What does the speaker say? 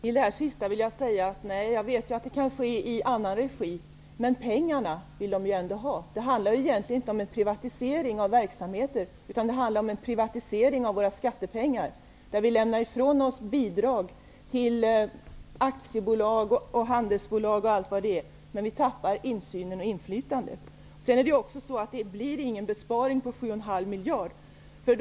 Herr talman! Till det senast anförda vill jag säga att jag vet att det kan ske i annan regi. Men pengarna vill ju ändå de ha som utför tjänsterna. Det handlar egentligen inte om en privatisering av verksamheter, utan det handlar om en privatisering av våra skattepengar. Vi lämnar ifrån oss bidraget till aktiebolag, handelsbolag och allt vad det är, men vi tappar insynen och inflytandet. Det är ju också så, att det inte blir någon besparing på 7,5 miljarder.